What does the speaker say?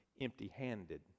empty-handed